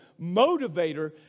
motivator